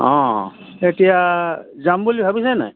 অঁ এতিয়া যাম বুলি ভাবিছে নাই